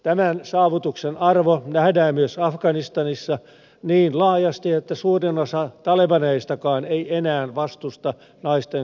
tämän saavutuksen arvo nähdään myös afganistanissa niin laajasti että suurin osa talebaneistakaan ei enää vastusta naisten kouluttamista